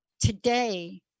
Today